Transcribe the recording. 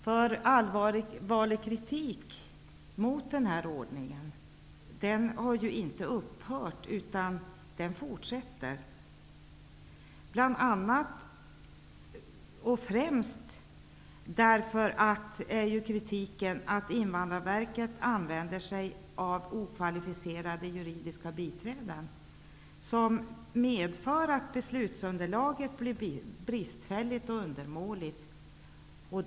Den allvarliga kritiken mot nyordningen har inte upphört utan den fortsätter. Främst gäller kritiken att Invandrarverket använder sig av okvalificerade juridiska biträden, vilket medför att beslutsunderlagen blir bristfälliga och undermåliga.